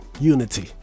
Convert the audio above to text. Unity